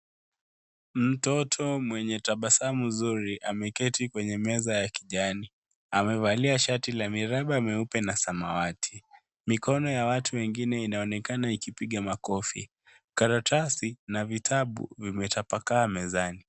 Mtoto mwenye tabasamu nzuri ameketi kwenye meza ya kijani. Amevalia shati la miraba meupe na samawati. Mikono ya watu wengine inaonekana ikipiga makofi. Karatasi na vitabu vimetapakaa mezani .